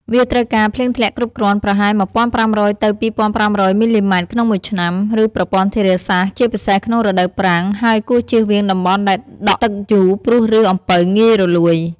វាត្រូវការ ភ្លៀងធ្លាក់គ្រប់គ្រាន់ ប្រហែល ១៥០០ ទៅ ២៥០០ មិល្លីម៉ែត្រក្នុងមួយឆ្នាំ ឬប្រព័ន្ធធារាសាស្ត្រល្អ ជាពិសេសក្នុងរដូវប្រាំង ហើយគួរចៀសវាងតំបន់ដែលដក់ទឹកយូរ ព្រោះឫសអំពៅងាយរលួយ។